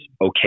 okay